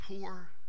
poor